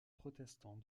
protestant